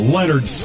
Leonard